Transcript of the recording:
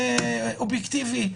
והכול אובייקטיבי.